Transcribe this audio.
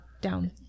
Down